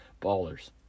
ballers